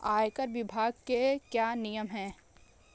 आयकर विभाग के क्या नियम हैं?